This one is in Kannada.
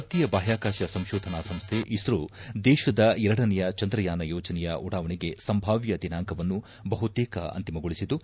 ಭಾರತೀಯ ಬಾಹ್ವಾಕಾಶ ಸಂಶೋಧನಾ ಸಂಶೈ ಇಸ್ರೋ ದೇಶದ ಎರಡನೇಯ ಚಂದ್ರಯಾನ ಯೋಜನೆಯ ಉಡಾವಣೆಗೆ ಸಂಭಾವ್ಯ ದಿನಾಂಕವನ್ನು ಬಹುತೇಕ ಅಂತಿಮಗೊಳಿಸಿದ್ದು